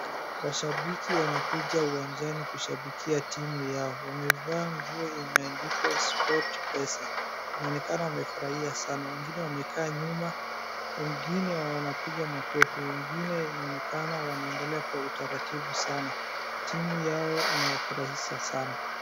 Washabiki wamekuja uwanjani kushabikia timu yao. Wamevaa nguo imeandikwa sport pesa. Inaonekana wamefurahia sana. Wengine wamekaa nyuma, wengine wanapiga makofi, wengine inaonekana wanaangalia kwa utaratibu sana. Timu yao inawafurahisha sana.